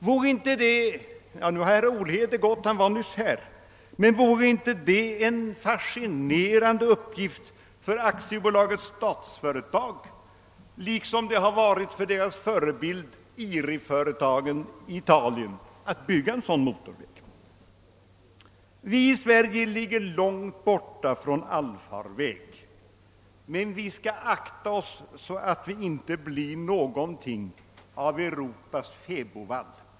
Vore det inte — tyvärr har herr Olhede gått, men jag ställer ändock frågan — en fascinerande uppgift för statsföretag AB, liksom det har varit för dess förebild IRI-företagen i Italien, att bygga en sådan motorväg? Vi i Sverige ligger långt borta från allfarvägen, men vi skall akta oss så att vi inte blir någonting av Europas fäbodvall.